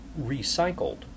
recycled